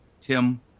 Tim